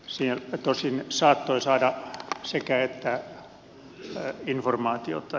sieltä tosin saattoi saada sekäettä informaatiota